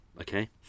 okay